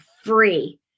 free